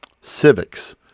civics